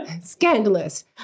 scandalous